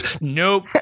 Nope